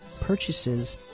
purchases